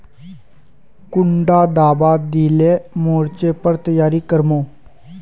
कुंडा दाबा दिले मोर्चे पर तैयारी कर मो?